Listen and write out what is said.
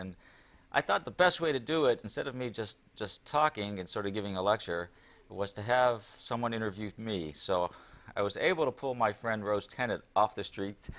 and i thought the best way to do it instead of me just just talking and sort of giving a lecture was to have someone interviewed me so i was able to pull my friend rose kind of off the street